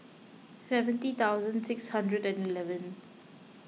seventy thousand six hundred and eleven